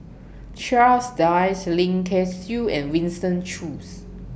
Charles Dyce Lim Kay Siu and Winston Choos